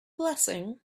blessing